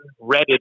reddit